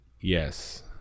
Yes